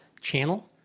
channel